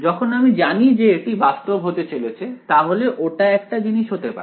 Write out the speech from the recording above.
যখন আমি জানি যে এটি বাস্তব হতে চলেছে তাহলে ওটা একটা জিনিস হতে পারে